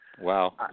Wow